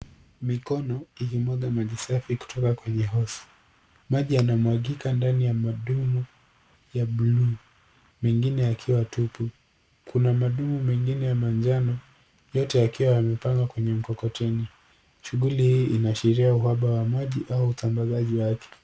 Mikono, ikimwaga maji safi kutoka kwenye hosi. Maji yanamwagika ndani ya madumu ya buluu, mengine yakiwa tupu. Kuna madumu mengine ya manjano, yote yakiwa yamepangwa kwenye mkokoteni. Shughuli hii inaashiria uhaba wa maji au usambazaji wake.